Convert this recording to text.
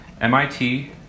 MIT